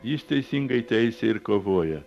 jis teisingai teisia ir kovoja